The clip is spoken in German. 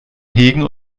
hegen